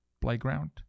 playground